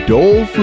Dole